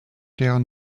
deren